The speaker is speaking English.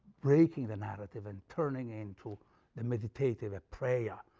breaking the narrative and turning into the meditative, a prayer,